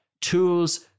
tools